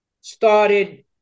started